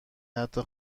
حتی